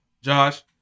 Josh